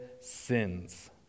sins